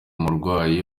umurwayi